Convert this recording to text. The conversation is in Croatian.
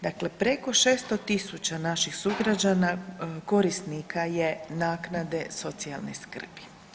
Dakle, preko 600 000 naših sugrađana korisnika je naknade socijalne skrbi.